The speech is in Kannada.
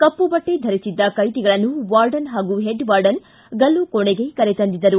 ಕಪ್ಪುಬಟ್ಟೆ ಧರಿಸಿದ್ದ ಕೈದಿಗಳನ್ನು ವಾರ್ಡನ್ ಮತ್ತು ಹೆಡ್ವಾರ್ಡನ್ ಗಲ್ಲು ಕೋಣೆಗೆ ಕರೆತಂದಿದ್ದರು